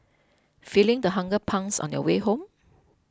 feeling the hunger pangs on your way home